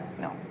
No